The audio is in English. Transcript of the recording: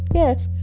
yes